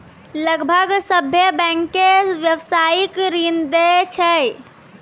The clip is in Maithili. लगभग सभ्भे बैंकें व्यवसायिक ऋण दै छै